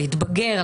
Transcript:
להתבגר,